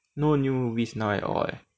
no new movies now at all leh